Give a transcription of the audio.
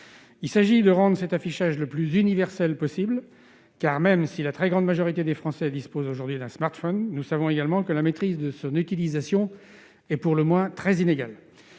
Il s'agit de rendre cet affichage le plus universel possible, car, même si la très grande majorité des Français dispose aujourd'hui d'un smartphone, nous savons également que la maîtrise de son utilisation est pour le moins très inégale.